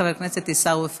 חבר הכנסת עיסאווי פריג'.